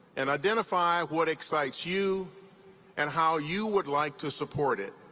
and identify what excites you and how you would like to support it.